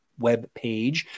webpage